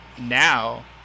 now